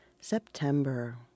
September